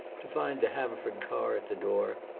to find the haverford car at the door,